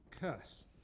curse